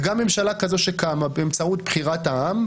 וגם ממשלה כזו שקמה באמצעות בחירת העם,